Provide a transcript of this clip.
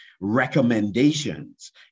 recommendations